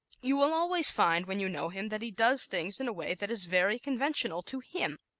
you will always find, when you know him, that he does things in a way that is very conventional to him.